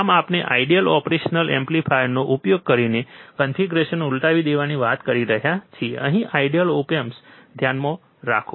આમ આપણે ideal operational એમ્પ્લીફાયરનો ઉપયોગ કરીને કન્ફિગરેશન ઉલટાવી દેવાની વાત કરી રહ્યા છીએ અહીં આઈડિઅલ ઓપ એમ્પ ધ્યાનમાં રાખો